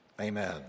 amen